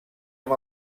amb